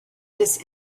this